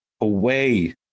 away